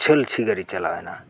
ᱪᱷᱚᱞᱼᱪᱷᱤᱜᱟᱹᱨᱤ ᱪᱟᱞᱟᱣ ᱮᱱᱟ